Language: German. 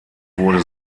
wurde